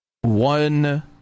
one